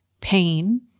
pain